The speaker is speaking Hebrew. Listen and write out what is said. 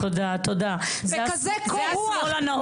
בכזה קור-רוח.